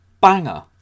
banger